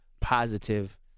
positive